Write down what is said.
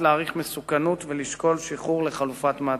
להעריך מסוכנות ולשקול שחרור לחלופת מעצר.